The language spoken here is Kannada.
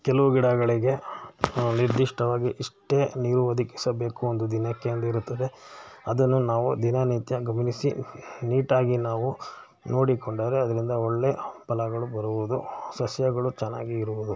ಕೆಲವು ಗಿಡಗಳಿಗೆ ನಿರ್ದಿಷ್ಟವಾಗಿ ಇಷ್ಟೇ ನೀವು ಒದಗಿಸಬೇಕು ಒಂದು ದಿನಕ್ಕೆ ಅಂದಿರುತ್ತದೆ ಅದನ್ನು ನಾವು ದಿನನಿತ್ಯ ಗಮನಿಸಿ ನೀಟಾಗಿ ನಾವು ನೋಡಿಕೊಂಡರೆ ಅದರಿಂದ ಒಳ್ಳೆ ಫಲಗಳು ಬರುವುದು ಸಸ್ಯಗಳು ಚೆನ್ನಾಗಿ ಇರುವುದು